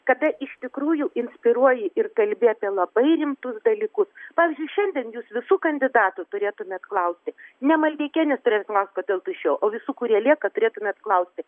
kada iš tikrųjų inspiruoji ir kalbi apie labai rimtus dalykus pavyzdžiui šiandien jūs visų kandidatų turėtumėt klausti ne maldeikienės turėtumėt klaust kodėl tai išejau o visų kurie lieka turėtumėt klausti